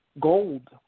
gold